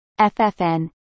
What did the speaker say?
FFN